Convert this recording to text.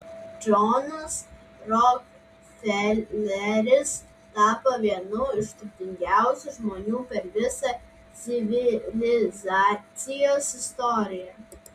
džonas rokfeleris tapo vienu iš turtingiausių žmonių per visą civilizacijos istoriją